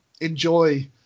enjoy